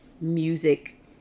music